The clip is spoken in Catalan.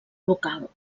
local